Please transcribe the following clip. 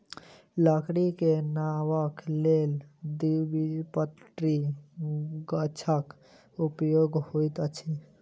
लकड़ी के नावक लेल द्विबीजपत्री गाछक उपयोग होइत अछि